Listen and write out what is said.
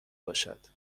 باشد